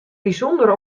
bysûnder